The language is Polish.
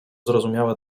zrozumiałe